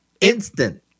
instant